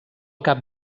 cap